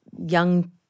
young